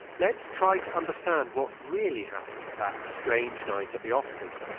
let's try to understand what really happened that strange night at the oscars.